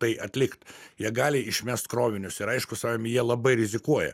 tai atlikt jie gali išmest krovinius ir aišku savaime jie labai rizikuoja